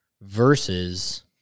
versus